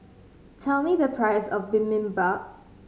tell me the price of Bibimbap